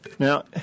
Now